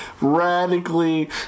radically